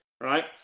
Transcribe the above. right